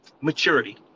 maturity